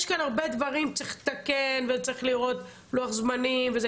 יש הרבה דברים שצריך לתקן וצריך לראות לוח זמנים וכו',